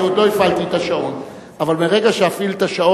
אני עוד לא הפעלתי את השעון אבל מרגע שאפעיל את השעון,